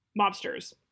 mobsters